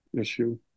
issue